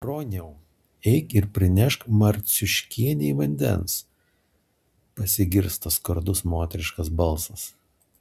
broniau eik ir prinešk marciuškienei vandens pasigirsta skardus moteriškas balsas